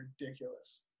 ridiculous